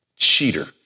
cheater